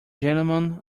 gentlemen